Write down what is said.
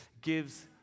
gives